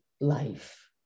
life